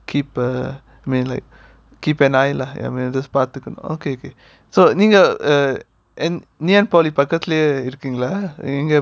keep uh I mean like keep an eye lah ya பார்த்துக்கணும் நீங்க:paarthukkanum neenga okay okay so ngee a~ uh and ngee ann polytechnic பக்கத்துலயே இருக்கீங்களா:pakkathulayae irukeengalaa